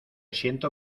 siento